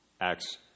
acts